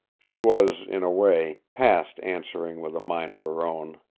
she was, in a way, past answering with a mind of her own.